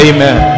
Amen